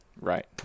Right